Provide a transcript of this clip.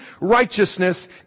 righteousness